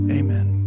amen